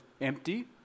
empty